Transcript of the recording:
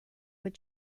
were